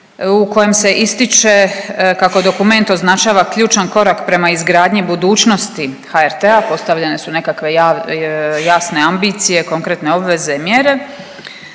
u kojem se ističe kako dokument označava ključan korak prema izgradnji budućnosti HRT-a, postavljene su nekakve jav… jasne ambicije, konkretne obveze i mjere,